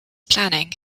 planning